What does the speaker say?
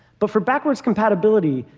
but for backwards compatibility,